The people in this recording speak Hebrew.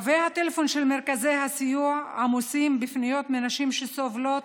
קווי הטלפון של מרכזי הסיוע עמוסים בפניות של נשים שסובלות,